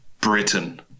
Britain